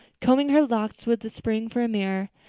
combing her locks with the spring for a mirror.